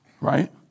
right